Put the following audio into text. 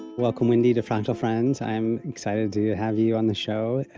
welcome wendy to fractal friends. i'm excited to have you on the show